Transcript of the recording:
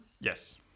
yes